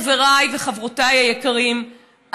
חבריי וחברותיי היקרים,